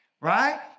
right